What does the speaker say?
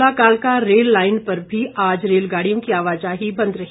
शिमला कालका rail line पर भी आज रेलगाड़ियों की आवाजाही बंद रही